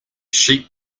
sheep